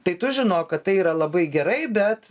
tai tu žinok kad tai yra labai gerai bet